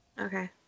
Okay